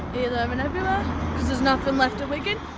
and um and everywhere. because there's nothing left in wigan.